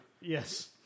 Yes